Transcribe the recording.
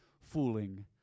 fooling